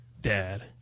Dad